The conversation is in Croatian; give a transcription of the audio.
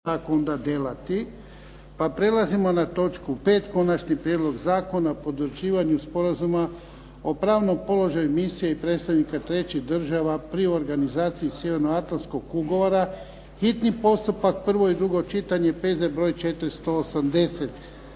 Ivan (HDZ)** Pa prelazimo na točku 5. - Konačni prijedlog Zakona o potvrđivanju sporazuma o pravnom položaju misija i predstavnika trećih država pri organizaciji sjevernoatlantskog ugovora, hitni postupak, prvo i drugo čitanje, P.Z. br. 480.